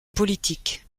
politique